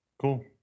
Cool